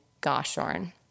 Goshorn